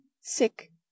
sick